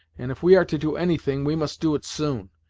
and if we are to do any thing, we must do it soon.